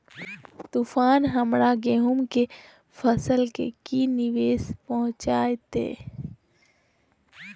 तूफान हमर गेंहू के फसल के की निवेस पहुचैताय?